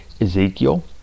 Ezekiel